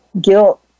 Guilt